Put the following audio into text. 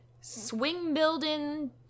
swing-building